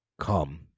come